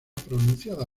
pronunciada